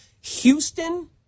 Houston